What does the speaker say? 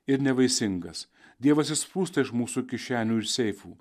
ir nevaisingas dievas išsprūsta iš mūsų kišenių ir seifų